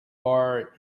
bar